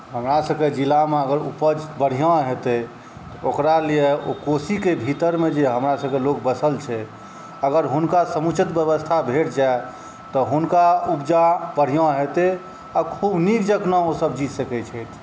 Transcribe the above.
हमरासबके जिलामे अगर उपज बढ़िआँ हेतै ओकरालिए ओ कोशीके भीतरमे जे हमरासबके लोक बसल छै अगर हुनका समुचित बेबस्था भेटि जाए तऽ हुनका उपजा बढ़िआँ हेतै आओर खूब नीक जकाँ अपना ओ जी सकै छथि